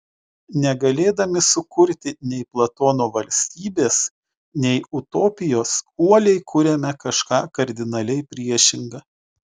negalėdami sukurti nei platono valstybės nei utopijos uoliai kuriame kažką kardinaliai priešinga